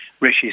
Rishi